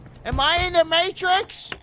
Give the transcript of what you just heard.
am i in the matrix?